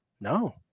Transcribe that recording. No